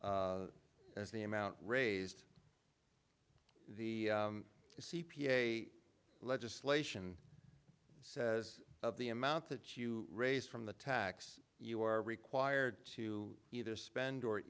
as the amount raised the c p a legislation says of the amount that you raised from the tax you are required to either spend or